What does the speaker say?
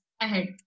ahead